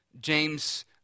James